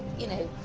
you know,